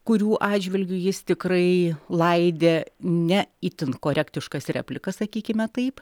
kurių atžvilgiu jis tikrai laidė ne itin korektiškas replikas sakykime taip